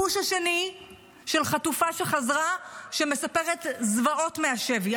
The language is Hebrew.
הפוש השני של חטופה שחזרה שמספרת זוועות מהשבי.